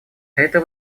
это